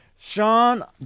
sean